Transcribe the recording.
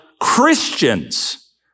Christians